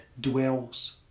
dwells